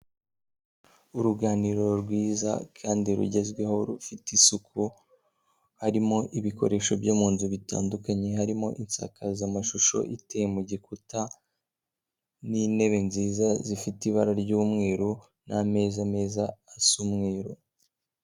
Uruganiriro rwiza kandi rugezweho rufite isuku, harimo ibikoresho byo mu nzu bitandukanye, harimo insakazamashusho iteye mu gikuta n'intebe nziza zifite ibara ry'umweru n'ameza meza asa umweru.